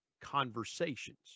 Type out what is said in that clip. conversations